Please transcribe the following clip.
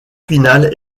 finale